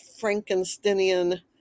Frankensteinian